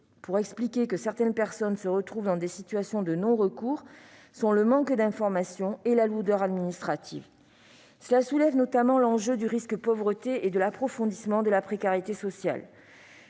pour expliquer que certaines personnes se retrouvent dans des situations de non-recours sont le manque d'information et la lourdeur administrative. Cela soulève notamment l'enjeu du risque de pauvreté et de l'approfondissement de la précarité sociale.